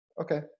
okay